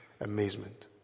amazement